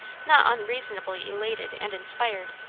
not unreasonably elated and inspirited,